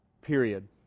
period